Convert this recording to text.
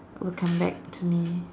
will come back to me